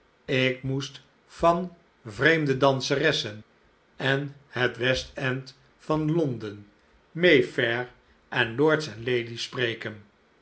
ik moest van vreemde danseressen en het w e s t e n d van l o n d e n may fair en lords en lady's spreken